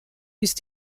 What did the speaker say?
ist